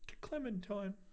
Clementine